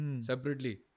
Separately